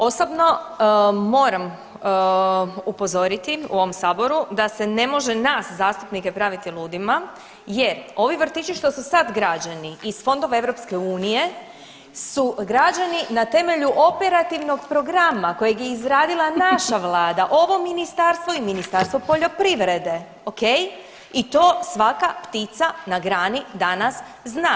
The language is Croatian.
Osobno moram upozoriti u ovom saboru da se ne može nas zastupnike praviti ludima jer ovi vrtići što su sad građeni iz fondova EU su građeni na temelju operativnog programa kojeg je izradila naša vlada, ovo ministarstvo i Ministarstvo poljoprivrede, ok, i to svaka ptica na grani danas zna.